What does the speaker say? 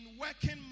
working